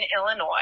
Illinois